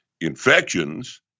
Infections